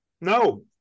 no